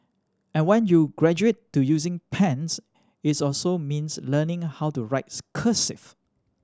and when you graduate to using pens it's also means learning how to write cursive